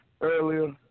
earlier